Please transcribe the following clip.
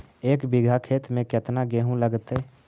एक बिघा खेत में केतना गेहूं लगतै?